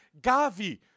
Gavi